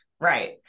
Right